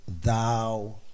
thou